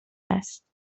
است